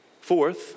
Fourth